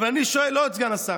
אבל אני שואל לא את סגן השר,